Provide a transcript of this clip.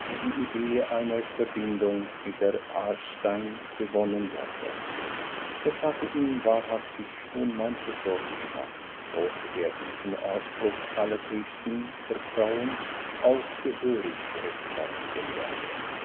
die idee einer verbindung mit der aarstein gewonnen werde es hatte ihm wahrhaftig schon manche sorge gemacht ob er diesen ausbruch allerhöchsten vertrauens auch gehörig rechtfertigen werde